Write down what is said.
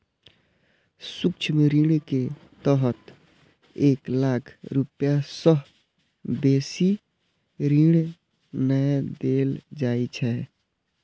सूक्ष्म ऋण के तहत एक लाख रुपैया सं बेसी ऋण नै देल जाइ छै